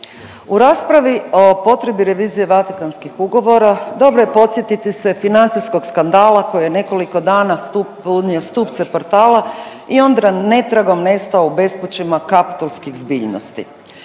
U raspravi o potrebi revizije Vatikanskih ugovora dobro je podsjetiti se financijskog skandala koji je nekoliko dana punio stupce portala i onda netragom nestao u bespućima kaptolskih zbiljnosti.